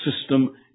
system